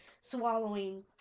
swallowing